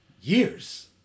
years